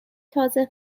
تازه